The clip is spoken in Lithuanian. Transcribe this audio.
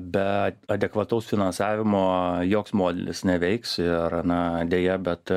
be adekvataus finansavimo joks modelis neveiks ir na deja bet